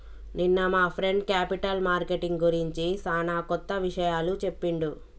నిన్న మా friend capital marketing గురించి సానా కొత్త విషయాలు చెప్పిండు